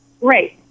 Great